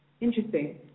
interesting